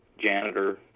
janitor